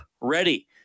ready